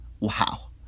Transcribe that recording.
wow